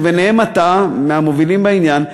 וביניהם אתה מהמובילים בעניין,